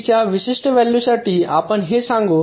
T च्या विशिष्ट व्हॅल्यूसाठी आपण हे सांगू या